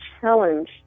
challenge